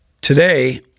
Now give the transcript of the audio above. Today